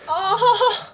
oh